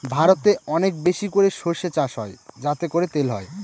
ভারতে অনেক বেশি করে সর্ষে চাষ হয় যাতে করে তেল হয়